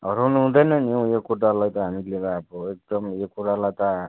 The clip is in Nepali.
हराउनु हुँदैन नि हौ यो कुरालाई त हामीहरूले त अब एकदमै यो कुरालाई त